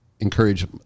encourage